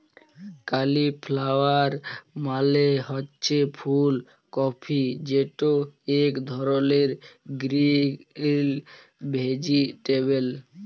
cauliflower মালে হছে ফুল কফি যেট ইক ধরলের গ্রিল ভেজিটেবল